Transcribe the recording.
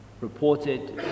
reported